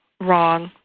wrong